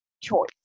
choice